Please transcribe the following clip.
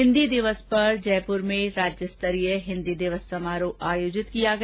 हिन्दी दिवस पर जयपुर में राज्य स्तरीय हिन्दी दिवस समारोह जयपुर में आयोजित किया गया